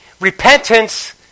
Repentance